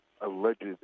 alleged